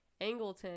Angleton